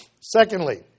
Secondly